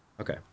Okay